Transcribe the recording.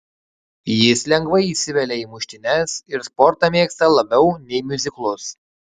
jis lengvai įsivelia į muštynes ir sportą mėgsta labiau nei miuziklus